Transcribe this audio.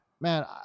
man